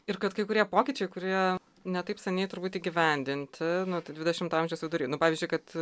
ir kad kai kurie pokyčiai kurie ne taip seniai turbūt įgyvendinti nu dvidešimto amžiaus vidury nu pavyzdžiui kad